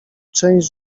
część